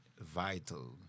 vital